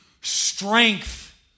strength